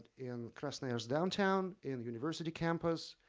in creston aires downtown, in the university campus,